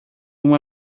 uma